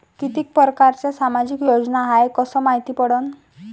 कितीक परकारच्या सामाजिक योजना हाय कस मायती पडन?